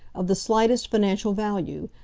of the slightest financial value,